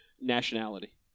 nationality